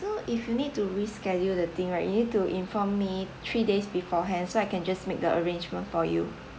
so if you need to reschedule the thing right you need to inform me three days beforehand so I can just make the arrangement for you